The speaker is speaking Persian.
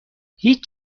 هیچ